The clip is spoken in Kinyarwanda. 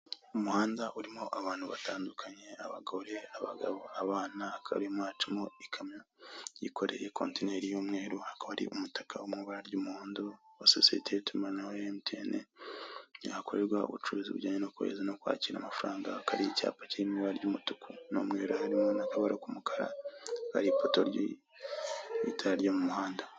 umuhanda urimo abantu batandukanye abagore, abagabo, abana, hakaba harimo hacamo ikamyo yikoreye kontineri y'umweru hakaba hari umutaka wo mu ibara ry'umuhondo wa sosiyete y'itumanaho ya MTN yahakorerwa ubucuruzi bujyanye no kohereza no kwakira amafaranga hakaba hari icyapa cyirimo ibara ry'umutuku n'umweru harimo n'akabara k'umukara ari ipoto ryi itara ryo mu muhanda.